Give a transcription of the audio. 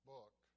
book